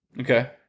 okay